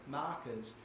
markers